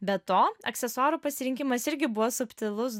be to aksesuarų pasirinkimas irgi buvo subtilus